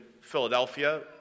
Philadelphia